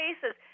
cases